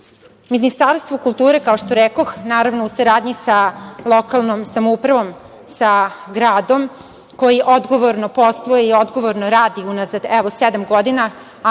kulu. Ministarstvo kulture, naravno u saradnji sa lokalnom samoupravom, sa gradom koji odgovorno posluje i odgovorno radi unazad, evo sedam godina,